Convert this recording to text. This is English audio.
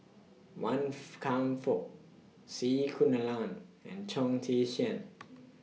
Wan Foo Kam Fook C Kunalan and Chong Tze Chien